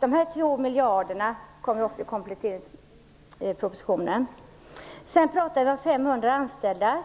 De 2 miljarderna kommer också i kompletteringspropositionen. skulle gälla företag med högst 500 anställda.